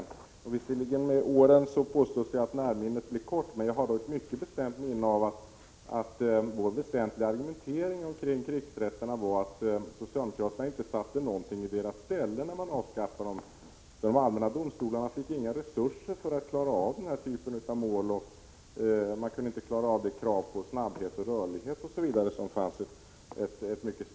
Det påstås visserligen att närminnet med åren blir kort, men jag har ett mycket bestämt minne av att vår väsentliga argumentering kring krigsrätterna gällde att socialdemokraterna inte satte någonting i deras ställe när de avskaffade dem — de allmänna domstolarna fick inga resurser för att klara av den typen av mål och kunde inte klara av de krav på snabbhet och rörlighet som var starkt uttalade.